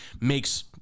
makes